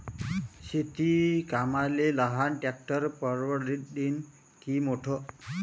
शेती कामाले लहान ट्रॅक्टर परवडीनं की मोठं?